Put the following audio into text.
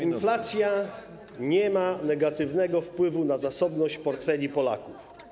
Inflacja nie ma negatywnego wpływu na zasobność portfeli Polaków.